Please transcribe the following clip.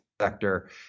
sector